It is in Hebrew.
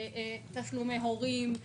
תשלומי הורים,